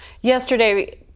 Yesterday